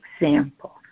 example